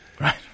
Right